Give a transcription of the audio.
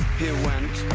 he went,